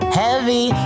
heavy